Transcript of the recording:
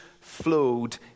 flowed